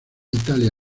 italia